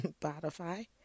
Spotify